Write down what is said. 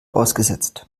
ausgesetzt